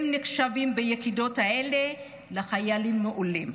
הם נחשבים ביחידות האלה לחיילים מעולים.